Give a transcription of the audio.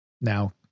now